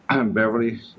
Beverly